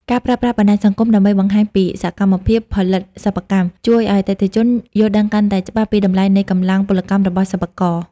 ការប្រើប្រាស់បណ្ដាញសង្គមដើម្បីបង្ហាញពីសកម្មភាពផលិតសិប្បកម្ម ជួយឱ្យអតិថិជនយល់ដឹងកាន់តែច្បាស់ពីតម្លៃនៃកម្លាំងពលកម្មរបស់សិប្បករ។